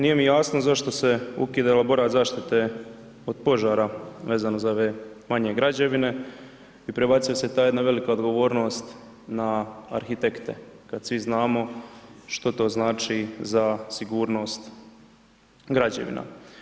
Nije mi jasno zašto se ukida elaborat zaštite od požara vezano za ove manje građevine i prebacuje se ta jedna velika odgovornost na arhitekte, kad svi znamo što to znači za sigurnost građevina.